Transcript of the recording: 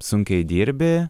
sunkiai dirbi